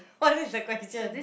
what is the question